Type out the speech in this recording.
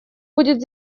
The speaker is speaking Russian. будет